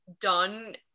done